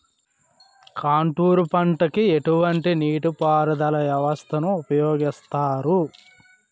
Contour పంటకు ఎటువంటి నీటిపారుదల వ్యవస్థను ఉపయోగిస్తారు?